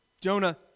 Jonah